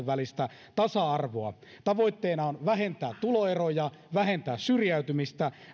välistä tasa arvoa tavoitteena on vähentää tuloeroja vähentää syrjäytymistä vähentää